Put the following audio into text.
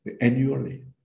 annually